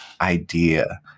idea